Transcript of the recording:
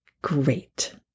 great